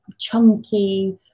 chunky